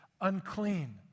unclean